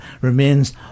remains